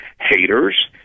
haters